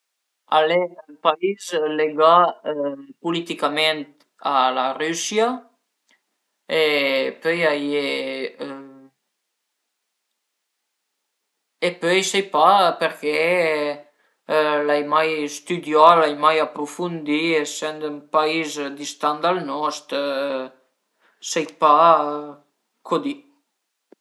Lë sport ëndua sunt tant abil al e andé ën bici sia sl'e stra asfaltà che s'le stra bianche e a m'pias propi tantu përché parei stun stun fora e a m'pias pedalé, però pa trop e cuindi l'ai catà la bici eletrica e ure vun anche a lunghe distanse